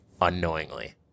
unknowingly